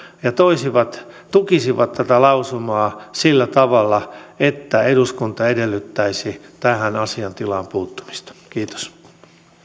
ja tukisivat tukisivat tätä lausumaa sillä tavalla että eduskunta edellyttäisi tähän asiantilaan puuttumista kiitos